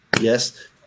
Yes